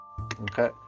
Okay